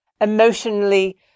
emotionally